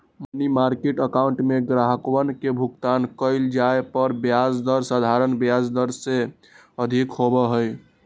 money market account में ग्राहकवन के भुगतान कइल जाये पर ब्याज दर साधारण ब्याज दर से अधिक होबा हई